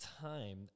time